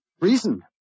Reason